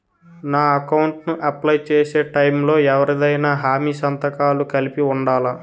నా అకౌంట్ ను అప్లై చేసి టైం లో ఎవరిదైనా హామీ సంతకాలు కలిపి ఉండలా?